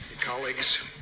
colleagues